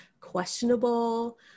questionable